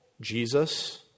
Jesus